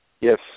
Yes